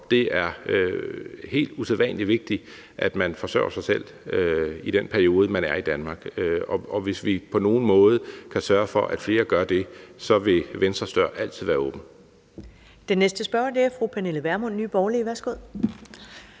Det er helt usædvanlig vigtigt, at man forsørger sig selv i den periode, man er i Danmark. Og hvis vi på nogen måde kan sørge for, at flere gør det, vil Venstres dør altid være åben.